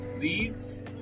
leads